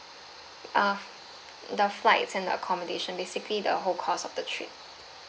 uh the flights and accommodation basically the whole cost of the trip